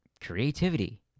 creativity